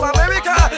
America